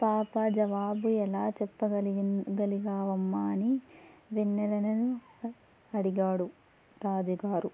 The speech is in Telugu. పాప జవాబు ఎలా చెప్పగలిగావమ్మా అని వెన్నెలను అడిగాడు రాజు గారు